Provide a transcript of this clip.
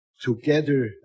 together